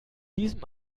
diesem